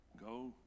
go